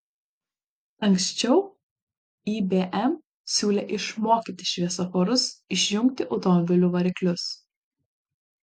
ankščiau ibm siūlė išmokyti šviesoforus išjungti automobilių variklius